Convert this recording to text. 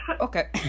Okay